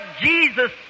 Jesus